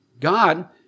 God